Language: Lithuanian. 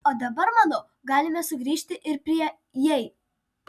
o dabar manau galime sugrįžti ir prie jei